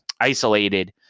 isolated